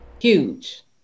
Huge